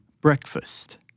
Breakfast